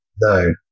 No